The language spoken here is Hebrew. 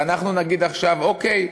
אנחנו נגיד עכשיו: אוקיי,